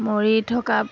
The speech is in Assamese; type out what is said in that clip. মৰি থকা